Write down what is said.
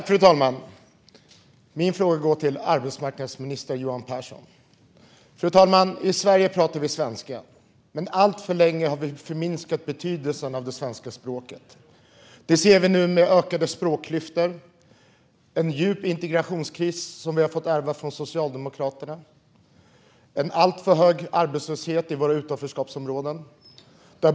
Fru talman! Min fråga går till arbetsmarknadsminister Johan Pehrson. I Sverige pratar vi svenska. Men alltför länge har vi förminskat betydelsen av svenska språket. Det ser vi nu med ökade språkklyftor, en djup integrationskris som vi har fått ärva från Socialdemokraterna och en alltför hög arbetslöshet i våra utanförskapsområden.